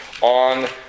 on